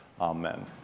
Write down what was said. Amen